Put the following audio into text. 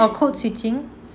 for code switching